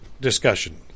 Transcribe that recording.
discussion